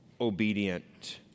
obedient